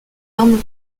armes